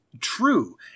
true